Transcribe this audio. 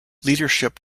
leadership